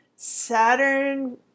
saturn